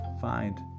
find